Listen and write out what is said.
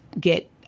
get